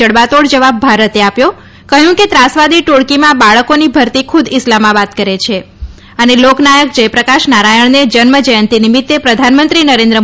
જડબાતોડ જવાબ ભારતે આપ્યો કહ્યું કે ત્રાસવાદી ટોળકીમાં બાળકોની ભરતી ખુદ ઇસ્લામાબાદ કરે છે લોકનાયક જયપ્રકાશ નારાયણને જન્મ જયંતિ નિમિત્તે પ્રધાનમંત્રી નરેન્દ્ર